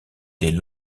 des